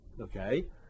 okay